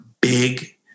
big